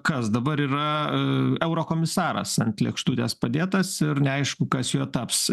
kas dabar yra eurokomisaras ant lėkštutės padėtas ir neaišku kas juo taps